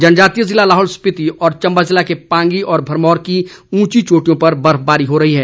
जनजातीय ज़िला लाहौल स्पिति और चंबा ज़िला के पांगी और भरमौर की ऊंची चोटियों पर बर्फबारी हो रही है